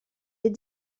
est